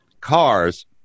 cars